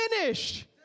finished